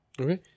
Okay